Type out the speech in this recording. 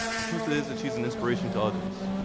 the truth is that she's an inspiration to others.